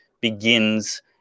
begins